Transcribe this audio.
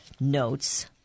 notes